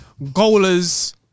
Goalers